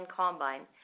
combine